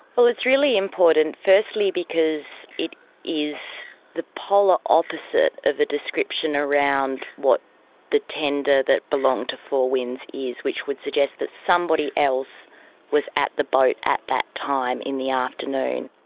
well it's really important, firstly because it is the polar opposite of a description around what the tender that belonged to four winds is, which would suggest that somebody else was at the boat at that time in the afternoon.